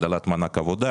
הגדלת מענק עבודה,